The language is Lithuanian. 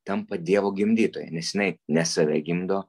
tampa dievo gimdytoja nes jinai ne save gimdo